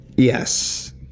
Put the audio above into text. Yes